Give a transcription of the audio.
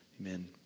Amen